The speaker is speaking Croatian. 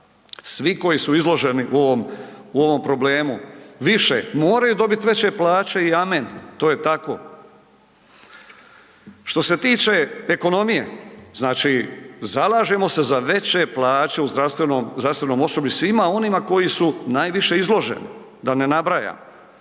Svi koji su izloženi u ovom, u ovom problemu, više moraju dobit veće plaće i amen, to je tako. Što se tiče ekonomije, znači zalažemo se za veće plaće u zdravstvenom, zdravstvenom osoblju i svima onima koji su najviše izloženi da ne nabrajam.